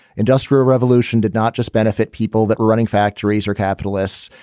industrial revolution did not just benefit people that were running factories or capitalists.